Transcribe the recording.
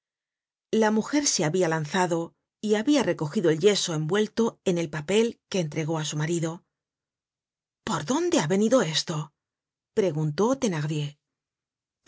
la mujer se habia lanzado y habia recogido el yeso envuelto en el papel que entregó á su marido por dónde ha venido esto preguntó thenardier pardiez